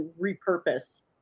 repurpose